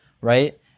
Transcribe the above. right